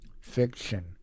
Fiction